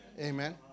Amen